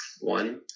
One